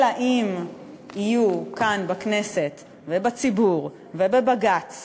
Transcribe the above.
אלא אם יהיו כאן בכנסת ובציבור ובבג"ץ